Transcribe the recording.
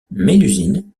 mélusine